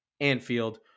Anfield